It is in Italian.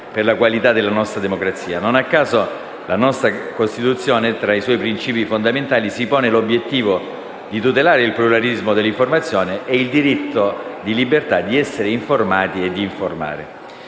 Non a caso la nostra Costituzione, tra i suoi principi fondamentali, si pone l'obiettivo di tutelare il pluralismo dell'informazione e il diritto di libertà di essere informati e di informare.